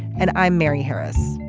and i'm mary harris.